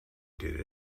did